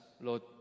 lord